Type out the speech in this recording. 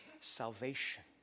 Salvation